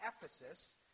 Ephesus